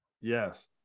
yes